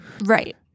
right